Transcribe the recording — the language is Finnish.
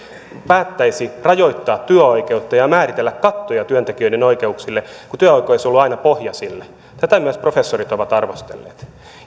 päättäisi rajoittaa työoikeutta ja määritellä kattoja työntekijöiden oikeuksille kun työoikeus on ollut aina pohja niille tätä myös professorit ovat arvostelleet